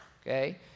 okay